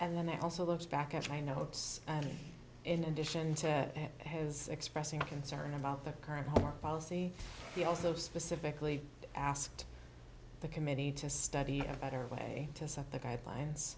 and then they also looks back at my notes in addition to his expressing concern about the current work policy he also specifically asked the committee to study a better way to set the guidelines